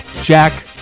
Jack